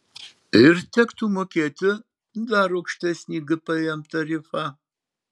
ir tektų mokėti dar aukštesnį gpm tarifą